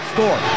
Score